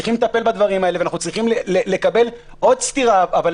אנחנו צריכים לטפל בדברים האלה ואנחנו צריכים לקבל עוד סטירה,